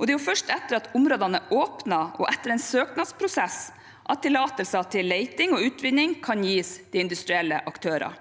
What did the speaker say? og det er først etter at områdene er åpnet, og etter en søknadsprosess, at tillatelser til leting og utvinning kan gis til industrielle aktører.